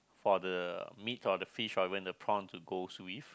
for the meats or the fish or even the prawn to goes with